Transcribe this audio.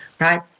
Right